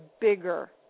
bigger